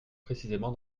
précisément